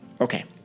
Okay